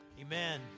amen